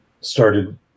started